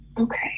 Okay